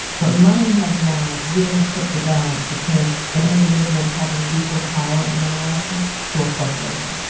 but money has now really tipped the balance between an individual of having equal power in an election to a corporation.